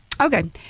Okay